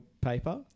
paper